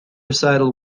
recital